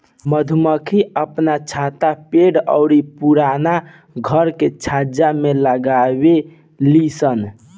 मधुमक्खी आपन छत्ता पेड़ अउरी पुराना घर के छज्जा में लगावे लिसन